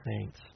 saints